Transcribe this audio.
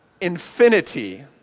infinity